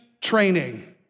training